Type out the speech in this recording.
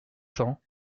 cents